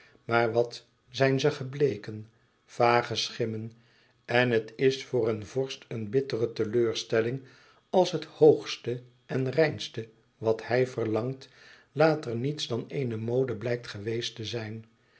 maar wat zijn ze gebleken vage schimmen en het is voor een vorst een bittere teleurstelling als het hoogste en reinste wat hij verlangt later niets dan eene mode blijkt geweest te zijn